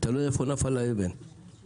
לראות מה תמהיל האוכלוסייה שיגיע,